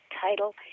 title